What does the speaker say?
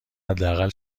حداقل